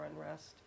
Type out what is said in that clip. unrest